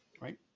Right